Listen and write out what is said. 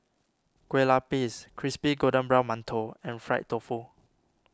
Kueh Lupis Crispy Golden Brown Mantou and Fried Tofu